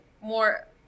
more